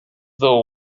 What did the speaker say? though